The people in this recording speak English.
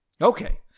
Okay